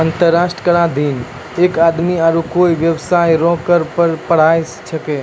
अंतर्राष्ट्रीय कराधीन एक आदमी आरू कोय बेबसाय रो कर पर पढ़ाय छैकै